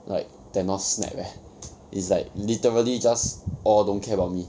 like thanos snap eh it's like literally just all don't care about me